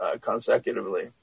consecutively